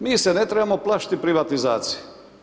Mi se ne trebamo plašiti privatizacije.